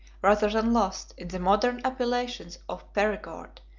rather than lost, in the modern appellations of perigord,